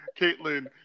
caitlin